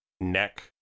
neck